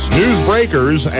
newsbreakers